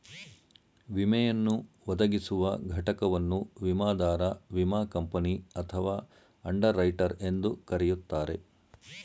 ವಿಮೆಯನ್ನು ಒದಗಿಸುವ ಘಟಕವನ್ನು ವಿಮಾದಾರ ವಿಮಾ ಕಂಪನಿ ಅಥವಾ ಅಂಡರ್ ರೈಟರ್ ಎಂದು ಕರೆಯುತ್ತಾರೆ